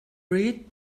read